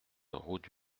route